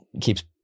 keeps